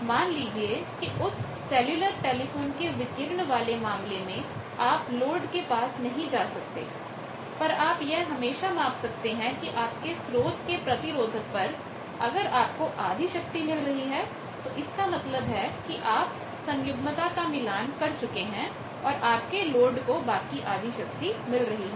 मान लीजिए कि उस सेल्यूलर टेलीफोन के विकिरण वाले मामले में आप लोड के पास नहीं जा सकते पर आप यह हमेशा माप सकते हैं कि आपके स्रोत के प्रतिरोधक पर अगर आपको आधी शक्ति मिल रही है तो इसका मतलब है कि आप सन्युग्मता का मिलान conjugate matchingकोंजूगेट मैचिंग कर चुके हैं और आपके लोड को बाकी आधी शक्ति मिल रही है